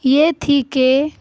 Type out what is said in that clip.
یہ تھی کہ